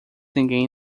ninguém